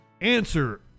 answer